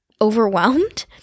overwhelmed